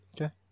Okay